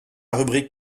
rubrique